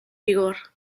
vigor